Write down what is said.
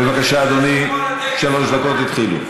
בבקשה, אדוני, שלוש דקות התחילו.